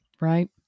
Right